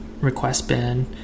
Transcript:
RequestBin